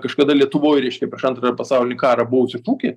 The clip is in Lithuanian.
kažkada lietuvoj reiškia prieš antrą pasaulį karą buvusį šūkį